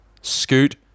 Scoot